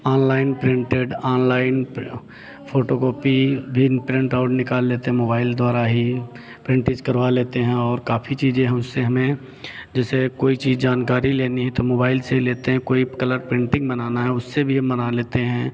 online painted online photocopy daily printout निकाल लेते mobile द्वारा ही प्रिंट करवा लेते हैं और काफ़ी चीज़ें हैं उससे हमें जैसे कोई चीज़ जानकारी लेनी है तो मोबाइल से ही लेते हैं कोई कलर पेंटिंग बनाना है तो उससे भी हम बना लेते हैं